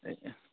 এই